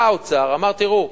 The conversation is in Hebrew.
בא האוצר, אמר: תראו,